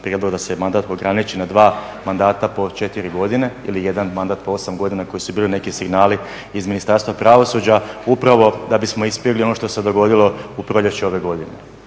prijedlog da se mandat ograniči na dva mandata po 4 godine ili jedan mandat po 8 godina, koji su bili neki signali između Ministarstva pravosuđa, upravo da bismo … ono što se dogodilo u proljeće ove godine.